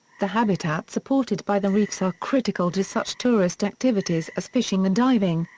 the habitats supported by the reefs are critical to such tourist activities as fishing and diving,